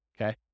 okay